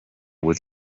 with